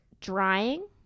drying